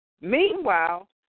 meanwhile